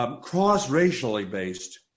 cross-racially-based